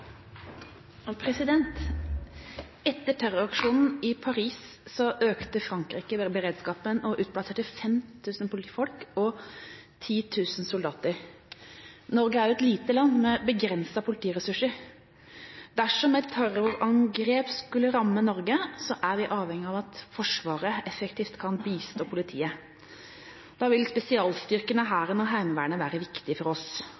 Etter terroraksjonen i Paris økte Frankrike beredskapen og utplasserte 5 000 politifolk og 10 000 soldater. Norge er et lite land med begrensede politiressurser. Dersom et terrorangrep skulle ramme Norge, er vi avhengig av at Forsvaret effektivt kan bistå politiet. Da vil spesialstyrkene, Hæren og Heimevernet være viktig for oss,